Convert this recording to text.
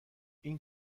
این